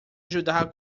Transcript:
ajudar